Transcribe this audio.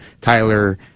tyler